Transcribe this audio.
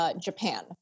Japan